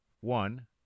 one